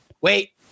Wait